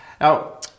Now